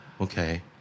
Okay